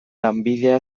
lanbidea